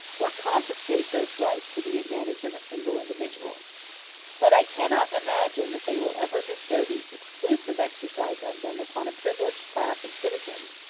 or confiscate those rights to the advantage of a single individual but i cannot imagine that they will ever bestow the exclusive exercise of them upon a privileged class of citizens,